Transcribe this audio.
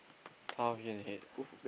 tough year ahead